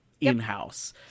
in-house